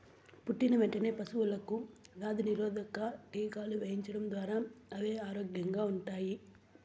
పుట్టిన వెంటనే పశువులకు వ్యాధి నిరోధక టీకాలు వేయించడం ద్వారా అవి ఆరోగ్యంగా ఉంటాయి